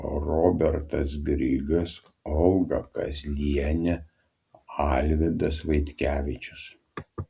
robertas grigas olga kazlienė alvydas vaitkevičius